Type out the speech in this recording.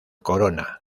corona